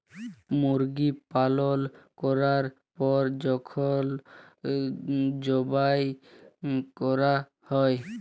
মুরগি পালল ক্যরার পর যখল যবাই ক্যরা হ্যয়